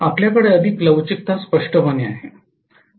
आपल्याकडे अधिक लवचिकता स्पष्टपणे आहे